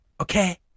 okay